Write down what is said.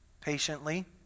patiently